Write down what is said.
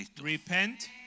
Repent